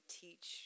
teach